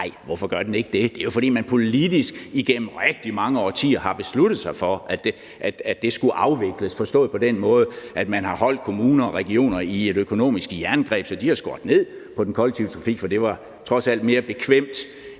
Nej, og hvorfor gør den ikke det? Det er jo, fordi man politisk igennem rigtig mange årtier har besluttet sig for, at det skulle afvikles forstået på den måde, at man har holdt kommuner og regioner i et økonomisk jerngreb, så de har skåret ned på den kollektive trafik, for det var trods alt mere bekvemt